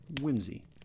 whimsy